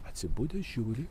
atsibudęs žiūri